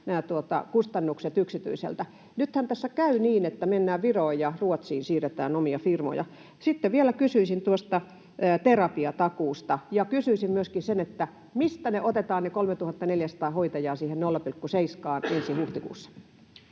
kustannukset yksityiseltä. Nythän tässä käy niin, että mennään Viroon ja Ruotsiin, siirretään sinne omia firmoja. Sitten vielä kysyisin tuosta terapiatakuusta, ja kysyisin myöskin sen, mistä ne otetaan ne 3 400 hoitajaa siihen 0,7:ään ensi huhtikuussa.